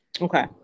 Okay